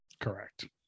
correct